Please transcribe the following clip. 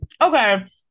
Okay